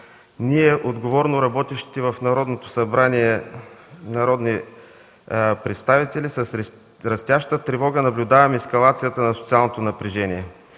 Ние, отговорно работещите в Народното събрание народни представители, с растяща тревога наблюдаваме ескалацията на социалното напрежение.